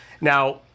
now